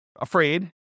afraid